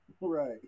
Right